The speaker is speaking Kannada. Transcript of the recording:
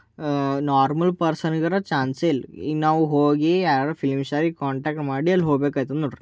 ನಾರ್ಮಲ್ ಪರ್ಸನಿಗರೇ ಚ್ಯಾನ್ಸೇ ಇಲ್ಲ ಇನ್ನು ನಾವು ಹೋಗಿ ಯಾರು ಫಿಲ್ಮ್ ಶಾರಿಗೆ ಕಾಂಟೆಕ್ಟ್ ಮಾಡಿ ಅಲ್ಲಿ ಹೋಗ್ಬೇಕಾಗ್ತದೆ ನೋಡಿರಿ